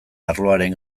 arloaren